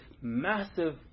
massive